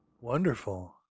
Wonderful